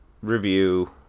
review